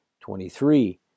twenty-three